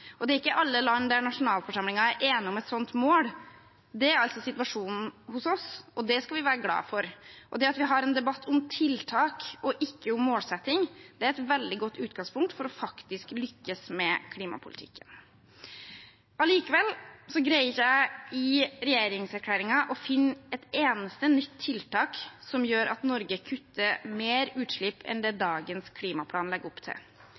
og det er ikke alle land der nasjonalforsamlingen er enig om et slikt mål. Det er altså situasjonen hos oss, og det skal vi være glad for. Det at vi har en debatt om tiltak og ikke om målsetting, er et veldig godt utgangspunkt for faktisk å lykkes med klimapolitikken. Allikevel greier jeg ikke i regjeringserklæringen å finne et eneste nytt tiltak som gjør at Norge kutter mer utslipp enn det dagens klimaplan legger opp til.